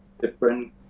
different